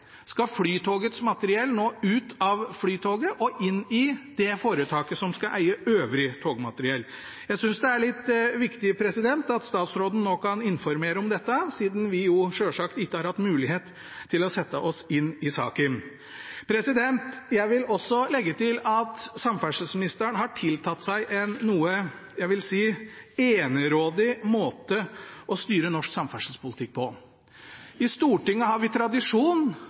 Skal Flytogets materiell nå ut av Flytoget og inn i det foretaket som skal eie det øvrige togmateriellet? Jeg synes det er litt viktig at statsråden nå kan informere om dette, siden vi selvsagt ikke har hatt mulighet til å sette oss inn i saken. Jeg vil også legge til at samferdselsministeren har tillagt seg en noe – jeg vil si – enerådig måte å styre norsk samferdselspolitikk på. Stortinget har tradisjon for – når vi